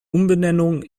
umbenennung